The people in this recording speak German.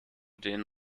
den